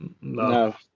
No